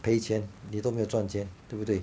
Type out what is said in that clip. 赔钱你都没有赚钱对不对